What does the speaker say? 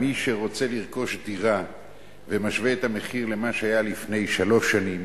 מי שרוצה לרכוש דירה ומשווה את המחיר למה שהיה לפני שלוש שנים,